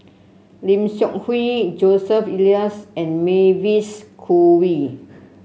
Lim Seok Hui Joseph Elias and Mavis Khoo Oei